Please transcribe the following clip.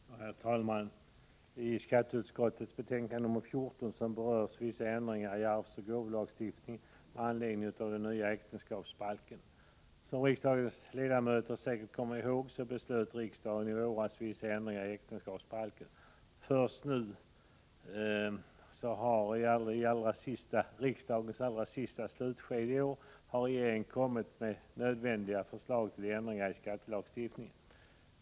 Herr talman! I skatteutskottets betänkande nr 14 berörs vissa ändringar i arvsoch gåvolagstiftningen med anledning av den nya äktenskapsbalken. Som riksdagens ledamöter säkert kommer ihåg, beslutade riksdagen i våras om vissa ändringar i äktenskapsbalken. Först nu har regeringen kommit med de nödvändiga förslagen till ändringar i skattelagstiftningen.